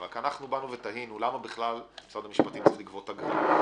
אבל אנחנו תהינו למה בכלל משרד המשפטים צריך לגבות אגרה.